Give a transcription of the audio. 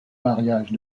mariage